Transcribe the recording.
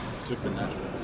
supernatural